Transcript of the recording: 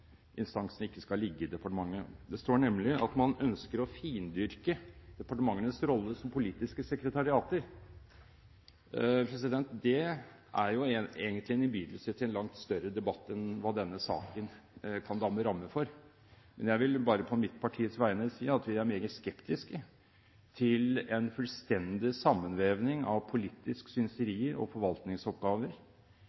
klageinstansen ikke skal ligge i departementet. Det står nemlig at man ønsker å findyrke departementenes rolle som politisk sekretariat. Det er egentlig en innbydelse til en langt større debatt enn hva denne saken kan danne ramme for. Men jeg vil bare på mitt partis vegne si at vi er meget skeptiske til en fullstendig sammenvevning av